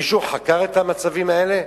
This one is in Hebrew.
מישהו חקר את המצבים האלה?